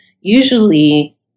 usually